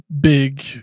big